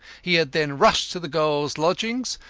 he had then rushed to the girl's lodgings,